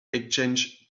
exchange